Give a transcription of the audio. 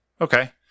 Okay